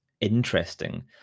interesting